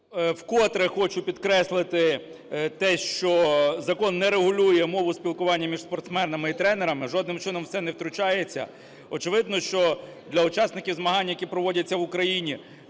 котре хочу підкреслити те, що закон не регулює мову спілкування між спортсменами і тренерами, жодним чином в це не втручається. Очевидно, що для учасників змагань, які проводяться в Україні